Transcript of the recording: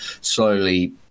slowly